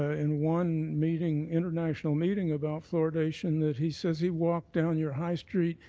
ah in one meeting, international meeting, about fluoridation that he says he walked down your high street,